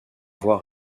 voie